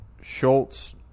Schultz